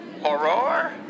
horror